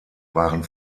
waren